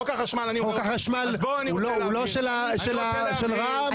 הוא לא של רע"מ?